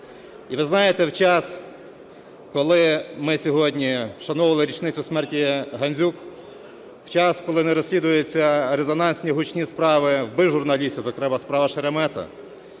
І, ви знаєте, в час, коли ми сьогодні вшановували річницю смерті Гандзюк, в час, коли не розслідуються резонансні гучні справи вбивств журналістів, зокрема справа Шеремета;